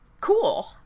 cool